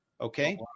Okay